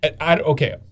okay